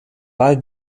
weil